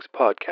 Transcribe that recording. podcast